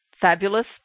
Fabulous